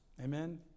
Amen